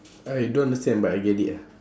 I don't understand but I get it ah